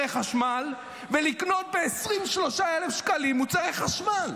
חשמל ולקנות ב-23,000 שקלים מוצרי חשמל.